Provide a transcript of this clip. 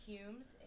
Humes